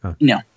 No